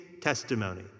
testimony